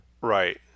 Right